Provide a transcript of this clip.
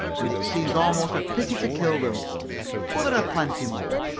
and it seemed almost a pity to kill them but there are plenty more.